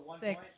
Six